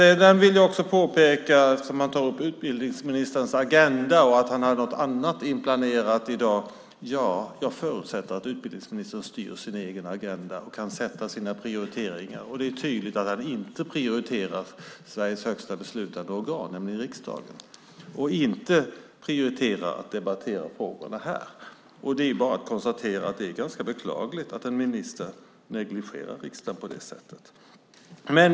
Eftersom Christer Nylander tar upp utbildningsministerns agenda och att han hade något annat inplanerat i dag vill jag påpeka att jag förutsätter att utbildningsministern styr sin egen agenda och kan sätta sina egna prioriteringar. Det är tydligt att han inte prioriterar Sveriges högsta beslutande organ, nämligen riksdagen, och inte prioriterar att debattera frågorna här. Det är bara att konstatera att det är ganska beklagligt att en minister negligerar riksdagen på det sättet.